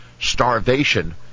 starvation